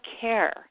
care